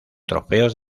trofeos